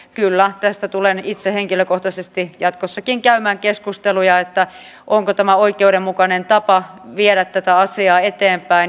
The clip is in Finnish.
kyllä tästä tulen itse henkilökohtaisesti jatkossakin käymään keskusteluja onko tämä oikeudenmukainen tapa viedä tätä asiaa eteenpäin